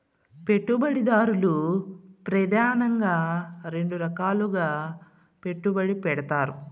పెట్టుబడిదారులు ప్రెదానంగా రెండు రకాలుగా పెట్టుబడి పెడతారు